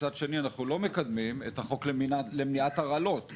מצד שני אנחנו לא מקדמים את החוק למניעת הרעלות.